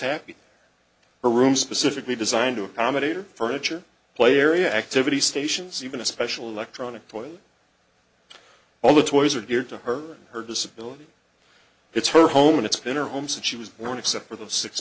room specifically designed to accommodate her furniture play area activity stations even a special electronic toy all the toys are dear to her her disability it's her home and it's been or homes that she was born except for the six